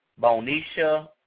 Bonisha